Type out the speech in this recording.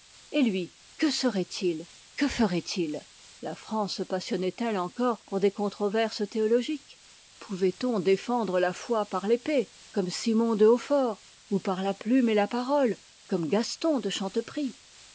et lui que serait-il que ferait-il la france se passionnait elle encore pour des controverses théologiques pouvait-on défendre la foi par l'épée comme simon de hautfort ou par la plume et la parole comme gaston de